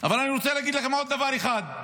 אבל אני רוצה להגיד לכם עוד דבר אחד,